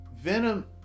Venom